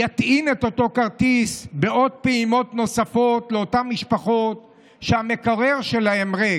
יטעינו את אותו כרטיס בפעימות נוספות לאותן משפחות שהמקרר שלהן ריק.